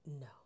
no